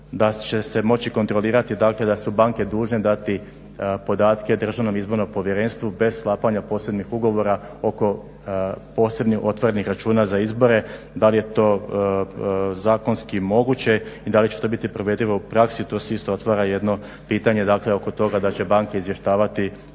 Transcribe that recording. da će se moći kontrolirati da su banke dužne dati podatke Državnom izbornom povjerenstvu bez sklapanja posebnih ugovora oko posebnih otvorenih računa za izbore. Da li je to zakonski moguće i da li će to biti provedivo u praksi to se isto otvara jedno pitanje oko toga da će banke izvještavati